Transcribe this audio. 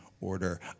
order